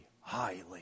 highly